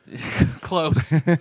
Close